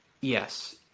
Yes